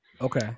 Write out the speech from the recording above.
Okay